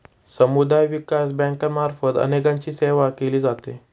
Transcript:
समुदाय विकास बँकांमार्फत अनेकांची सेवा केली जाते